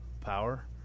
power